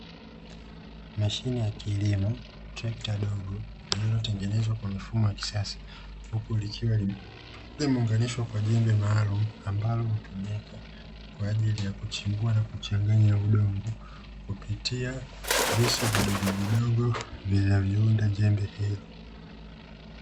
Mahine ya kilimo, trekta dogo lililotengenezwa kwa mfumo wa kisasa huku likiwa limeunganishwa kwa jembe maalumu ambalo hutumika kwa ajili ya kuchimbua na kuchanganya udongoo kupitia visu vidogovidogo vinavyounda jembe hilo.